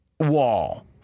Wall